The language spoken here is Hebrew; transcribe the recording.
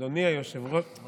שלוש דקות, אדוני, בבקשה.